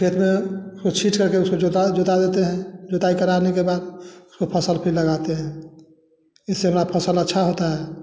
खेत में छींट कर के उसको जुताई जोता देतें हैं जुताई कराने के बाद फसल भी लगातें है इससे हमारा फसल अच्छा होता है